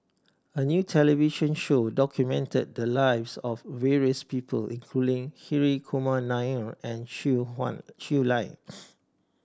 a new television show documented the lives of various people including Hri Kumar Nair and Shui Hun Shui Lans